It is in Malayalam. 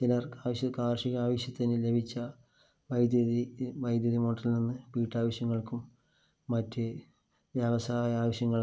ചിലര് കാര്ഷിക ആവശ്യത്തിന് ലഭിച്ച വൈദ്യുതി വൈദ്യുതി മോട്ടറില് നിന്ന് വീട്ടാവശ്യങ്ങള്ക്കും മറ്റ് വ്യവസായ ആവശ്യങ്ങള്ക്കും